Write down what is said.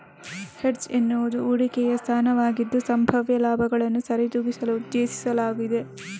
hedge ಎನ್ನುವುದು ಹೂಡಿಕೆಯ ಸ್ಥಾನವಾಗಿದ್ದು, ಸಂಭಾವ್ಯ ಲಾಭಗಳನ್ನು ಸರಿದೂಗಿಸಲು ಉದ್ದೇಶಿಸಲಾಗಿದೆ